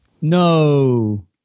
No